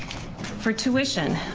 for tuition.